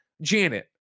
janet